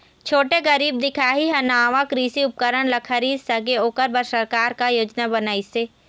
छोटे गरीब दिखाही हा नावा कृषि उपकरण ला खरीद सके ओकर बर सरकार का योजना बनाइसे?